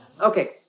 Okay